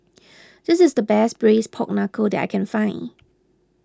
this is the best Braised Pork Knuckle that I can find